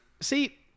See